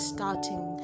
Starting